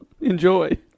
Enjoy